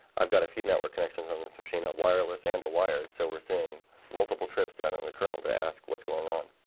i've got a few network connections on the machine a wireless and a wired so we're seeing multiple trips down in the kernel to ask what's going on